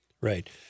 Right